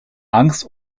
angst